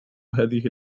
هذه